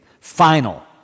final